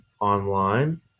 online